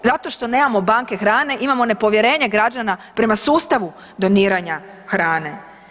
Zato što nemamo banke hrane imamo nepovjerenje građana prema sustavu doniranja hrane.